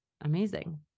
Amazing